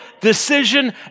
decision